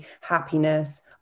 happiness